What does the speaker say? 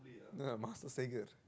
no no master Sager